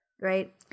right